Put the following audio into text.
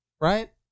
right